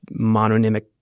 mononymic